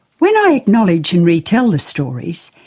when i acknowledge and retell the stories,